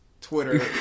Twitter